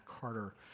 Carter